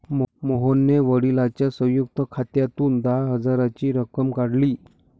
मोहनने वडिलांच्या संयुक्त खात्यातून दहा हजाराची रक्कम काढली